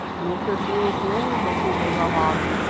look into the pool, macumazahn,